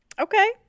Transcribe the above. Okay